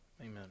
Amen